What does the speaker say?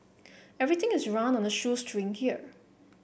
everything is run on a shoestring here